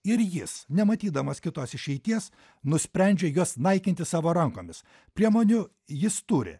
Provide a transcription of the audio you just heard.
ir jis nematydamas kitos išeities nusprendžia juos naikinti savo rankomis priemonių jis turi